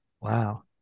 wow